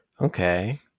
Okay